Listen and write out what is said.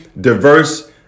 diverse